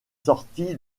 sorti